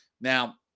Now